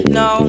no